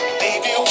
baby